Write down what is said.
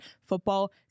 football